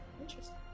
Interesting